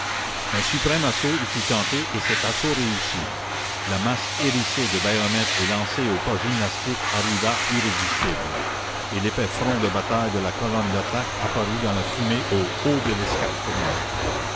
un suprême assaut y fut tenté et cet assaut réussit la masse hérissée de bayonnettes et lancée au pas gymnastique arriva irrésistible et l'épais front de bataille de la colonne d'attaque apparut dans la fumée au haut de l'escarpement